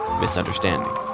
misunderstanding